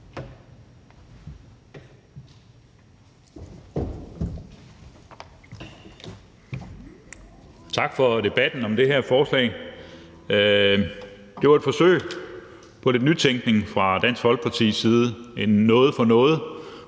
Tak for debatten om det her forslag. Det er et forsøg på lidt nytænkning fra Dansk Folkepartis side – en noget for